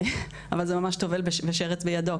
אבל זה ממש טובל ושרץ בידו,